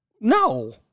No